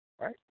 right